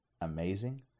amazing